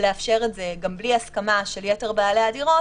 לאפשר את זה גם בלי הסכמה של יתר בעלי הדירות,